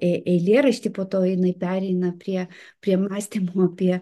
ei eilėraštį po to jinai pereina prie prie mąstymų apie